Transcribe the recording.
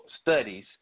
studies